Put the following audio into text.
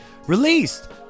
Released